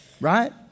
right